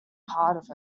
part